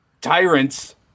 tyrants